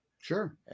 Sure